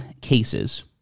cases